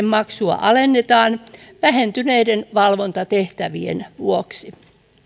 maksua alennetaan vähentyneiden valvontatehtävien vuoksi